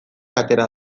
atera